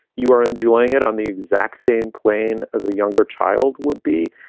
you are enjoying it on the exact same plane as a younger child would be.